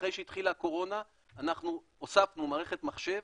אחרי שהתחילה הקורונה אנחנו הוספנו מערכת מחשב,